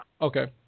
Okay